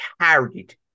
carried